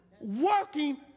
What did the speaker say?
working